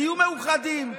תהיו מאוחדים.